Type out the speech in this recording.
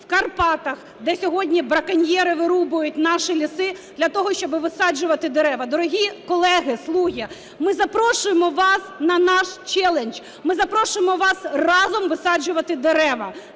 в Карпатах де сьогодні браконьєри вирубують наші ліси для того, щоби висаджувати дерева. Дорогі колеги "Слуги", ми запрошуємо вас на наш челендж, ми запрошуємо вас разом висаджувати дерева